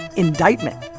indictment,